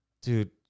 Dude